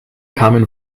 kamen